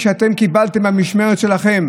כשאתם קיבלתם את המשמרת שלכם